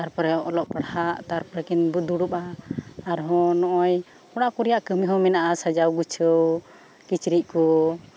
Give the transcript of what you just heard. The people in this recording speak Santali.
ᱛᱟᱨᱯᱚᱨᱮ ᱚᱞᱚᱜ ᱯᱟᱲᱦᱟᱜ ᱛᱟᱨᱯᱚᱨᱮ ᱠᱤᱱ ᱫᱩᱲᱩᱵᱟ ᱟᱨᱦᱚᱸ ᱱᱚᱜᱼᱚᱭ ᱚᱲᱟᱜ ᱠᱚ ᱨᱮᱭᱟᱜ ᱠᱟᱹᱢᱤ ᱦᱚᱸ ᱢᱮᱱᱟᱜ ᱢᱮᱱᱟᱜᱼᱟ ᱥᱟᱡᱟᱣ ᱜᱩᱪᱷᱟᱹᱣ ᱠᱤᱪᱨᱤᱪ ᱠᱚ